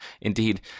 Indeed